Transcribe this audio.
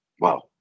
Wow